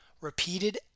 repeated